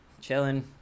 Chilling